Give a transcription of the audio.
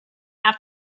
have